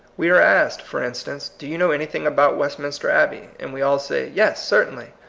we are asked, for in stance, do you know anything about westminster abbey? and we all say, yes, certainly.